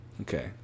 Okay